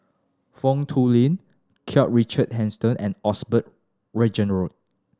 Foo Tui Liew Karl Richard Hanitsch and Osbert Rozario